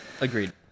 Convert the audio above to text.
Agreed